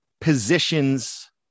positions